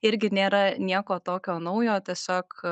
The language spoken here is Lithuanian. irgi nėra nieko tokio naujo tiesiog